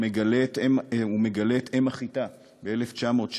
הוא מגלה את אם החיטה ב-1906,